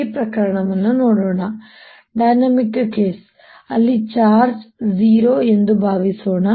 ನಾವು ಈ ಪ್ರಕರಣವನ್ನು ನೋಡೋಣ ಡೈನಾಮಿಕ್ ಕೇಸ್ ಅಲ್ಲಿ ಚಾರ್ಜ್ 0 ಎಂದು ಭಾವಿಸೋಣ